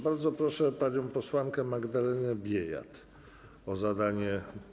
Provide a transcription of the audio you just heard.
Bardzo proszę panią posłankę Magdalenę Biejat o zadanie.